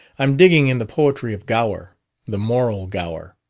i'm digging in the poetry of gower the moral gower.